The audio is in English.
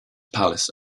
palace